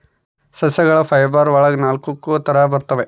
ಸಸ್ಯಗಳ ಫೈಬರ್ ಒಳಗ ನಾಲಕ್ಕು ತರ ಬರ್ತವೆ